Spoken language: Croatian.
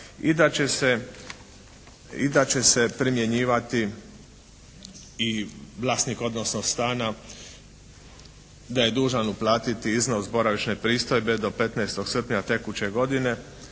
I da će se primjenjivati i vlasnik odnosno stana da je dužan uplatiti iznos boravišne pristojbe do 15. srpnja tekuće godine